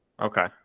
Okay